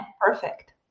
Perfect